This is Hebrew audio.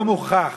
היום הוכח